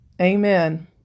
Amen